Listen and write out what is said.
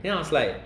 then I was like